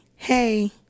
Hey